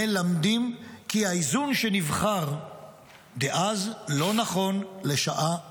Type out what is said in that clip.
מלמדים כי האיזון שנבחר דאז לא נכון לשעה זו.